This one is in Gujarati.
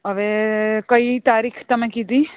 હવે કઈ તારીખ તમે કીધી